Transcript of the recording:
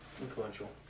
Influential